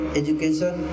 education